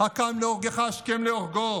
"הקם להרגך השכם להרגו".